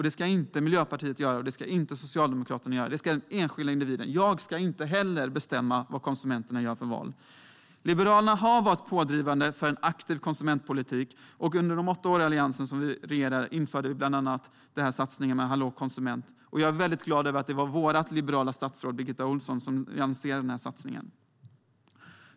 Det ska inte Miljöpartiet göra, och det ska inte Socialdemokraterna göra, utan det ska den enskilda individen göra. Inte heller jag ska bestämma vad konsumenterna gör för val. Liberalerna har varit pådrivande för en aktiv konsumentpolitik. Under de åtta år som Alliansen regerade införde vi bland annat satsningen Hallå konsument. Jag är glad att det var vårt liberala statsråd Birgitta Ohlsson som lanserade satsningen.